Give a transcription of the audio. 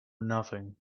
nothing